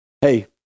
hey